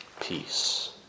peace